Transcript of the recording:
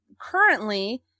Currently